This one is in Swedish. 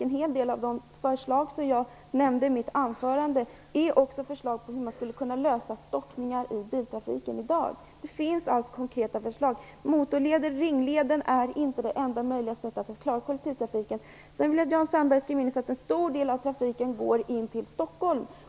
En hel del av de förslag jag nämnde i mitt anförande är också förslag på hur man skulle kunna lösa stockningar i biltrafiken i dag. Det finns alltså konkreta förslag. Motorleder och Ringleden är inte det enda möjliga sättet att klara kollektivtrafiken. Sedan vill jag att Jan Sandberg skall minnas att en stor del av trafiken går in till Stockholm.